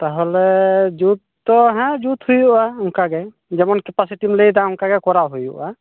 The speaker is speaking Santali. ᱛᱟᱦᱚᱞᱮ ᱡᱩᱛ ᱛᱚ ᱦᱮᱸ ᱡᱩᱛ ᱦᱩᱭᱩᱜᱼᱟ ᱚᱱᱠᱟᱜᱮ ᱡᱮᱢᱚᱱ ᱠᱮᱯᱟᱥᱤᱴᱤᱢ ᱞᱟᱹᱭᱮᱫᱟ ᱚᱱᱠᱟᱜᱮ ᱠᱚᱨᱟᱣ ᱦᱩᱭᱩᱜᱼᱟ